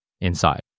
inside